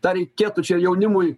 tą reikėtų čia jaunimui